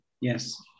Yes